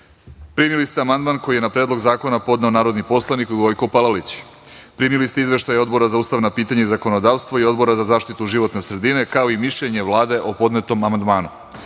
sredine. Primili ste amandman koji je na Predlog zakona podneo narodni poslanik Gojko Palalić. Primili ste izveštaje Odbora za ustavna pitanja i zakonodavstvo i Odbora za zaštitu životne sredine, kao i mišljenje Vlade o podnetom amandmanu. Pošto